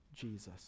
Jesus